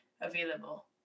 available